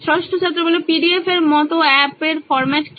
ষষ্ঠ ছাত্র P D F এর মত অ্যাপ এর ফরম্যাট কি